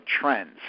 trends